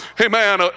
amen